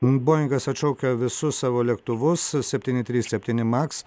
boingas atšaukia visus savo lėktuvus septyni trys septyni maks